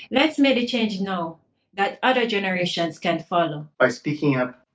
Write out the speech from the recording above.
let's make a change now that other generations can follow. by speaking up,